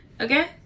okay